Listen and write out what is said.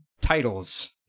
titles